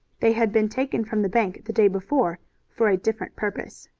they had been taken from the bank the day before for a different purpose.